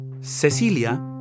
Cecilia